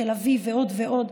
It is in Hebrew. תל אביב ועוד ועוד.